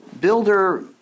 builder